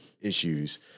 issues